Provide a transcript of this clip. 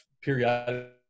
periodically